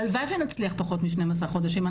הלוואי ונצליח בפחות מ-12 חודשים,